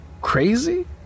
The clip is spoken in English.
crazy